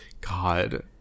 God